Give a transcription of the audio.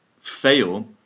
fail